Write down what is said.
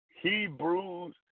Hebrews